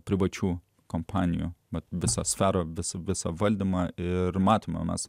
privačių kompanijų mat visą sferą visą valdymą ir matomas